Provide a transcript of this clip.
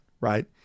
right